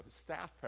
staff